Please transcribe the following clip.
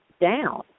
down